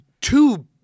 two